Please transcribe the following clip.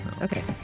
Okay